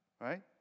Right